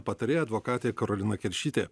patarėja advokatė karolina keršytė